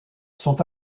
sont